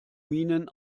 minen